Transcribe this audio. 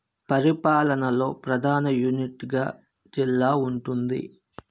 పరిపాలనలో ప్రధాన యూనిట్గా జిల్లా ఉంటుంది